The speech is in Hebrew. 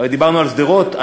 הרי דיברנו על שדרות,